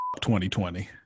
2020